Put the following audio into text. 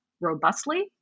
robustly